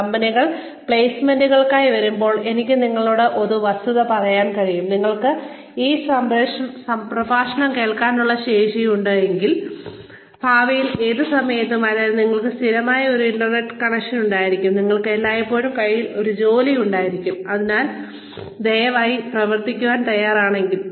കമ്പനികൾ പ്ലെയ്സ്മെന്റുകൾക്കായി വരുമ്പോൾ എനിക്ക് നിങ്ങളോട് ഒരു വസ്തുത പറയാൻ കഴിയും നിങ്ങൾക്ക് ഈ പ്രഭാഷണം കേൾക്കാനുള്ള ശേഷിയുണ്ടെങ്കിൽ ഭാവിയിൽ ഏത് സമയത്തും അതായത് നിങ്ങൾക്ക് സ്ഥിരമായ ഒരു ഇന്റർനെറ്റ് കണക്ഷൻ ഉണ്ടായിരിക്കും നിങ്ങൾക്ക് എല്ലായ്പ്പോഴും കയ്യിൽ ഒരു ജോലി ഉണ്ടായിരിക്കും നിങ്ങൾ അതിനായി പ്രവർത്തിക്കാൻ തയ്യാറാണെങ്കിൽ